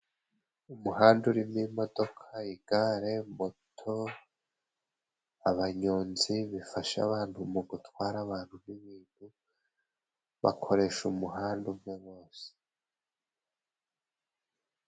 Umuhanda urimo imodoka, igare, moto, abanyonzi, bifasha abantu mu gutwara abantu n'ibintu bakoresha umuhanda umwe gusa.